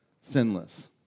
sinless